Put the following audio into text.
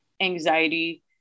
anxiety